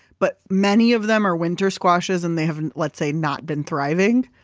but many of them are winter squashes and they have, let's say, not been thriving.